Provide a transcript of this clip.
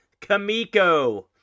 Kamiko